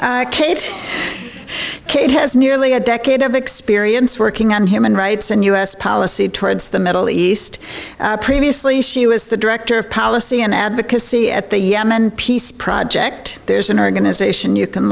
kate has nearly a decade of experience working on human rights and u s policy towards the middle east previously she was the director of policy and advocacy at the yemen peace project there's an organization you can